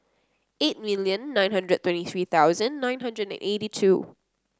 eight million nine hundred and twenty three hundred nine hundred and eighty two